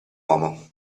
uomo